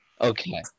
Okay